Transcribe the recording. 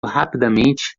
rapidamente